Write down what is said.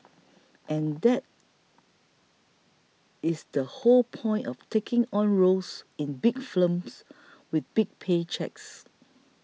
and that is the whole point of taking on roles in big films with big pay cheques